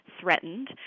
threatened